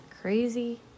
crazy